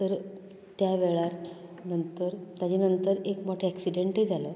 तर त्या वेळार नंतर ताचे नंतर एक मोटो एक्सीडंटय जालो